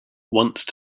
once